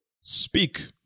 speak